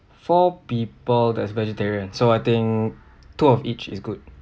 four people that's vegetarian so I think two of each is good